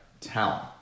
talent